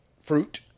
fruit